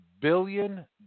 billion